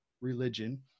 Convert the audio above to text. religion